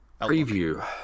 Preview